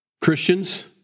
Christians